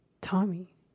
Tommy